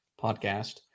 podcast